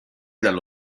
dallo